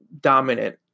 dominant